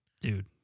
dude